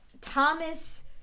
Thomas